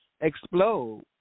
explode